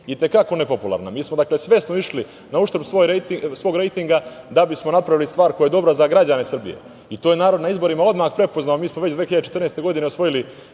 i te kako nepopularna. Mi smo svesno išli na uštrb svog rejtinga da bismo napravili stvar koja je dobra za građane Srbije i to je narod na izborima odmah prepoznao. Mi smo već 2014. godine osvojili